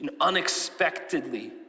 unexpectedly